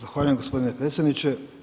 Zahvaljujem gospodine predsjedniče.